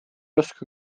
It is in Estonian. oska